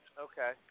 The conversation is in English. Okay